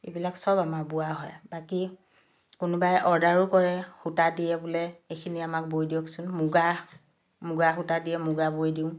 এইবিলাক চব আমাৰ বোৱা হয় বাকী কোনোবাই অৰ্ডাৰো কৰে সূতা দিয়ে বোলে এইখিনি আমাক বৈ দিয়কচোন মুগা মুগা সূতা দিয়ে মুগা বৈ দিওঁ